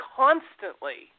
constantly